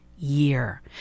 year